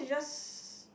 just